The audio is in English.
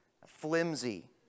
flimsy